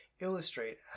illustrate